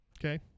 Okay